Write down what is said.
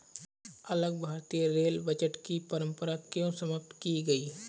अलग भारतीय रेल बजट की परंपरा क्यों समाप्त की गई?